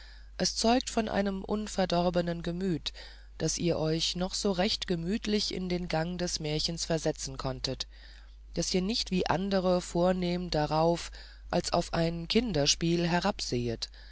es zeugt von einem unverdorbenen gemüt daß ihr euch noch so recht gemütlich in den gang des märchens versetzen konntet daß ihr nicht wie andere vornehm darauf als auf ein kinderspiel herabsehet